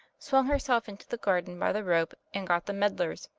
swung herself into the garden by the rope, and got the medlars,